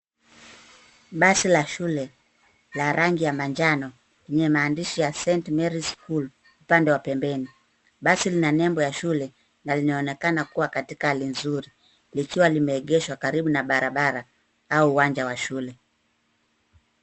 Basi la shule, la rangi ya manjano, yenye maandishi ya St. Mary's School, upande wa pembeni. Basi lina nembo ya shule na linaonakana kua katika hali nzuri likiwa limeegeshwa karibu na barabara au uwanja wa shule.